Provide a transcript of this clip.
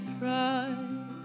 pride